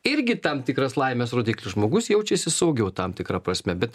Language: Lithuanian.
irgi tam tikras laimės rodiklis žmogus jaučiasi saugiau tam tikra prasme bet